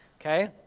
okay